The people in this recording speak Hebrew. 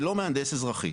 ולא מהנדס אזרחי.